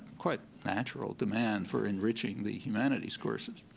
quite natural demand for enriching the humanities courses.